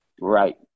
Right